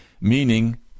Meaning